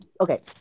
okay